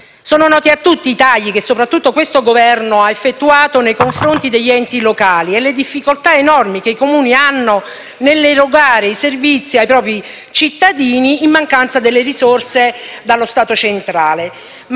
Sono noti i tagli che soprattutto questo Governo ha effettuato nei confronti degli enti locali e le difficoltà enormi che i Comuni hanno nell'erogare servizi ai propri cittadini in mancanza delle risorse provenienti dallo Stato centrale.